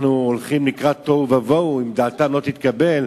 הולכים לקראת תוהו ובוהו אם דעתם לא תתקבל.